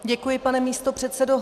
Děkuji, pane místopředsedo.